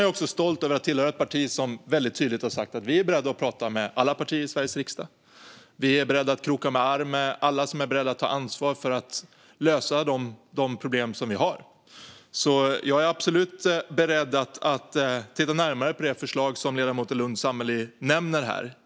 Jag är stolt över att tillhöra ett parti som tydligt har sagt att vi är beredda att prata med alla partier i Sveriges riksdag. Vi är beredda att kroka arm med alla som är beredda att ta ansvar för att lösa de problem vi har, och jag är absolut beredd att titta närmare på det förslag som ledamoten Lundh Sammeli nämner.